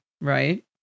Right